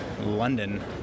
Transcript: London